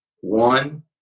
One